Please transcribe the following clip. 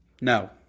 no